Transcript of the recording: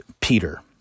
Peter